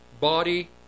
body